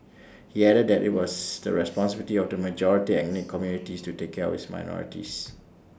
he added that IT was the responsibility of the majority ethnic communities to take care of this minorities